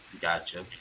Gotcha